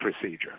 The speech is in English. procedure